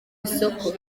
isoko